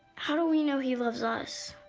how do we know he loves us?